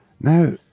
Now